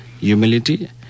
humility